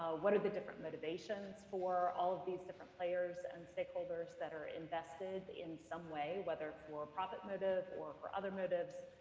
what are the different motivations for all of these different players and stakeholders that are invested in some way, whether for profit motive or for other motives,